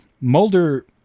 Mulder